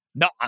No